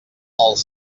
els